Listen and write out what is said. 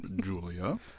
Julia